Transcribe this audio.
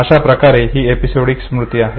अशा प्रकारे ही एपिसोडिक स्मृती आहे